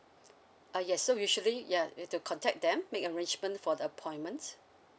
ah yes so usually ya you have to contact them make arrangement for appointments